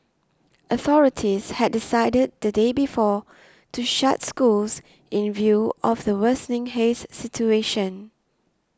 authorities had decided the day before to shut schools in view of the worsening haze situation